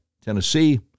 Tennessee